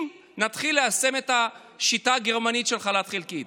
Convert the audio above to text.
נתחיל ליישם את השיטה הגרמנית של חל"ת חלקי.